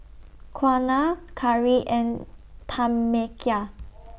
Quiana Kari and Tamekia